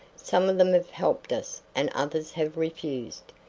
some of them have helped us and others have refused.